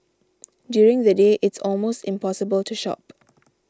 during the day it's almost impossible to shop